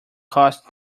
cost